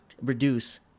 reduce